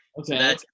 Okay